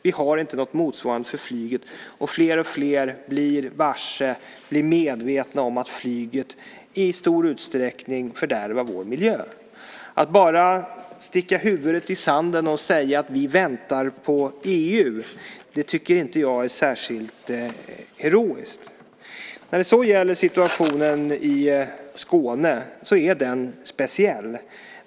Vi har inte något motsvarande för flyget, och fler och fler blir medvetna om att flyget i stor utsträckning fördärvar vår miljö. Att bara sticka huvudet i sanden och säga att vi väntar på EU tycker inte jag är särskilt heroiskt. När det gäller situationen i Skåne är den speciell.